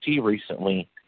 recently